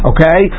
Okay